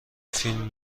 فیلم